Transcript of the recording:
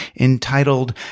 entitled